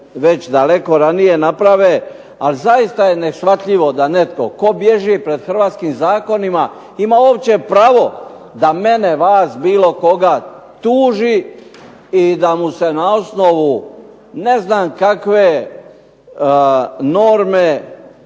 se daleko ranije naprave, ali zaista je neshvatljivo da netko tko bježi pred Hrvatskim zakonima ima uopće pravo da nekog, mene, bilo vas, koga tuži i da mu se na osnovu ne znam kakve norme